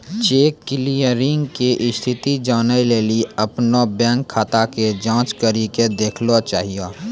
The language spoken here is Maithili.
चेक क्लियरिंग के स्थिति जानै लेली अपनो बैंक खाता के जांच करि के देखना चाहियो